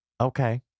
Okay